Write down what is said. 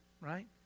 Right